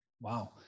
Wow